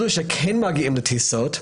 אלה שכן מגיעים לטיסות,